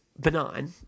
benign